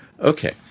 Okay